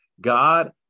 God